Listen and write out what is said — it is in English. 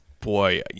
boy